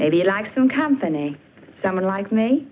maybe like some company someone like me